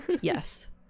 yes